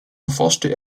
erforschte